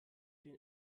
den